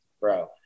Bro